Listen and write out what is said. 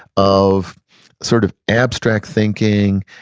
of sort of abstract thinking,